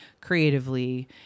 creatively